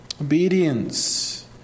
Obedience